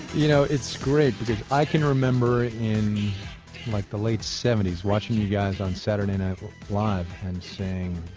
you know, it's great, because i can remember in like the late seventy s watching you guys on saturday night live and saying,